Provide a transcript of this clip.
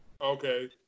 Okay